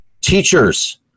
teachers